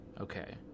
Okay